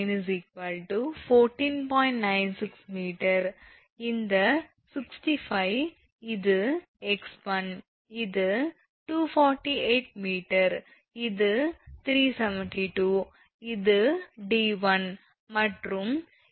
96 𝑚 இந்த 65 இது 𝑥1 இது 248 𝑚 இது 372 இது 𝑑1 மற்றும் இது 19